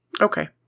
Okay